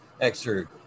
extra